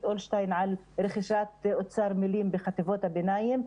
אולשטיין על רכישת אוצר מילים בחטיבות הביניים.